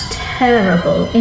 terrible